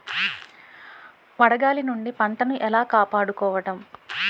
వడగాలి నుండి పంటను ఏలా కాపాడుకోవడం?